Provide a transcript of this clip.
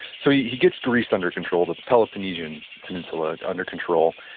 so, he he gets greece under control, the peloponnesian peninsula under control,